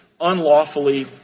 unlawfully